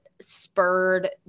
spurred